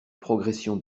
progression